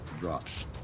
drops